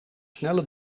snelle